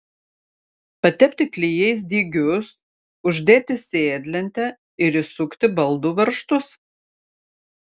patepti klijais dygius uždėti sėdlentę ir įsukti baldų varžtus